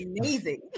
amazing